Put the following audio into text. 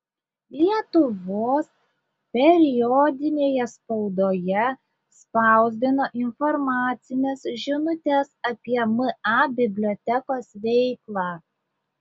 lietuvos periodinėje spaudoje spausdino informacines žinutes apie ma bibliotekos veiklą